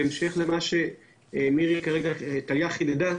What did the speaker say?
בהמשך למה שטליה חידדה,